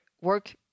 work